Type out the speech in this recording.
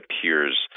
appears